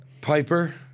Piper